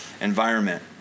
environment